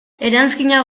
eranskina